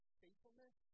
faithfulness